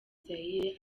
zaire